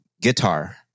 guitar